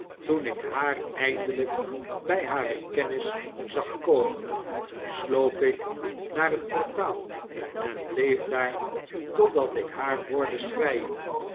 toen ik haar eindelijk by hare kennis zag komen sloop ik naar het portaal en bleef daar totdat ik haar hoorde schreien